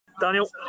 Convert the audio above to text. Daniel